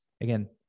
Again